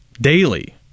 daily